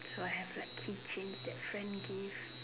so I have like key chains that friend give